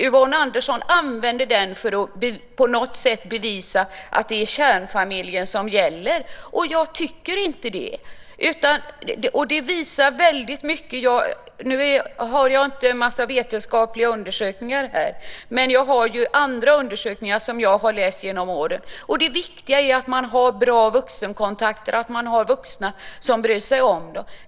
Yvonne Andersson använde den för att på något sätt bevisa att det är kärnfamiljen som gäller. Jag tycker inte det. Jag har inte en massa vetenskapliga undersökningar här, men jag har läst andra undersökningar genom åren. Det viktiga är att man har bra vuxenkontakter och att man har vuxna som bryr sig om en.